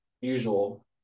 usual